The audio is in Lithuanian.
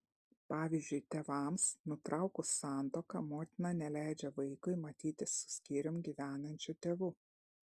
pavyzdžiui tėvams nutraukus santuoką motina neleidžia vaikui matytis su skyrium gyvenančiu tėvu